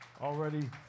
Already